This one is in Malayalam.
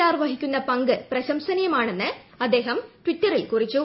ആർ വഹിക്കുന്ന പങ്ക് പ്രശംസനീയമാണെന്ന് അദ്ദേഹം ട്വിറ്ററിൽ കുറിച്ചു